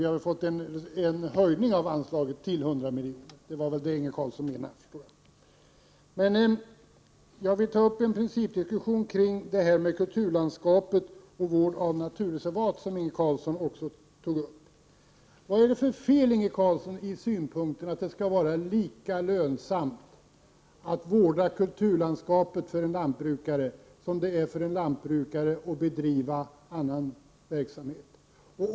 Vi har ju fått en höjning av anslaget till 100 milj.kr., och det var väl det Inge Carlsson menade. Jag vill'ta upp en principdiskussion kring kulturlandskapet och vården av naturreservat, som Inge Carlsson också tog upp. Vad är det för fel, Inge Carlson, på synpunkten att det skall vara för en lantbrukare lika lönsamt att vårda kulturlandskapet som det är för en lantbrukare att bedriva annan verksamhet.